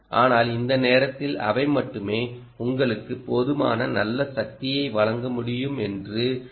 ஆனால் இந்த நேரத்தில் அவை மட்டுமே உங்களுக்கு போதுமான நல்ல சக்தியை வழங்க முடியும் என்று தோன்றுகிறது